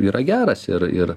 yra geras ir ir